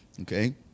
okay